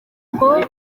ngo